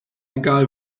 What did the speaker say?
egal